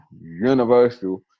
universal